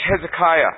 Hezekiah